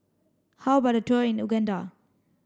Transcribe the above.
how about a tour in Uganda